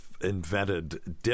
invented